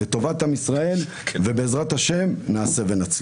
לטובת עם ישראל, בעזרת השם נעשה ונצליח.